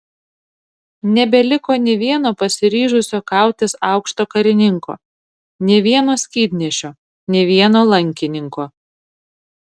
nebeliko nė vieno pasiryžusio kautis aukšto karininko nė vieno skydnešio nė vieno lankininko